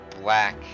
black